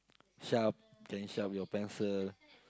sharp can sharp your pencil